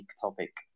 topic